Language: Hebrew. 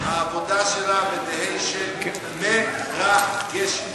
העבודה שלה בדהיישה מ-ר-גשת.